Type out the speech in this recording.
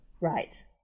Right